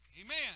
Amen